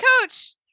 coach